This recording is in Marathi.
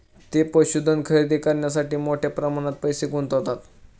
ते पशुधन खरेदी करण्यासाठी मोठ्या प्रमाणात पैसे गुंतवतात